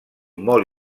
molt